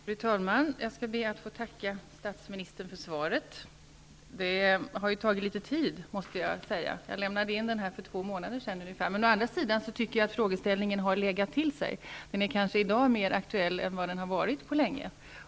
Fru talman! Jag skall be att få tacka statsministern för svaret. Det har tagit litet tid -- jag lämnade in interpellationen för ungefär två månader sedan. Å andra sidan tycker jag att frågeställningen har legat till sig och kanske är mer aktuell i dag än vad den har varit på länge.